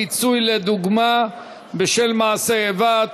פיצוי לדוגמה בשל מעשה איבה),